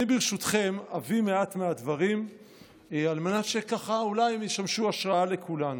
אני ברשותכם אביא מעט מהדברים על מנת שאולי הם ישמשו השראה לכולנו.